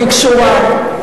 היא קשורה.